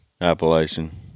Appalachian